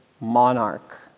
monarch